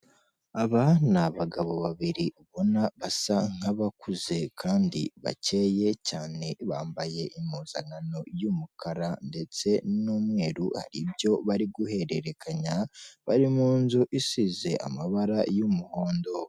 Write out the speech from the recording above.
Aba ni abagabo babiri ubona basa nkabakuze kandi bakeye cyane bambaye impuzankano y'umukara ndetse n'umweru hari ibyo bari guhererekanya bari mu nzu isize amabara y'umuhondo.